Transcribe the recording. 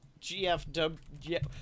GFW